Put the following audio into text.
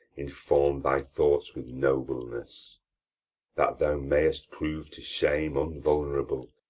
inform thy thoughts with nobleness that thou mayst prove to shame unvulnerable,